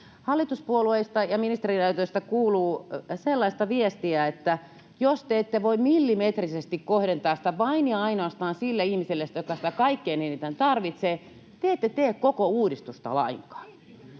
Hallituspuolueista ja ministeriaitiosta kuuluu sellaista viestiä, että jos te ette voi millimetrisesti kohdentaa sitä vain ja ainoastaan sille ihmiselle, joka sitä tästä kaikkein eniten tarvitsee, te ette tee koko uudistusta lainkaan.